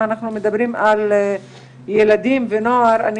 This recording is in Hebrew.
אנחנו עדיין לא תנועת נוער, אנחנו בדרך לשם.